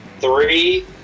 Three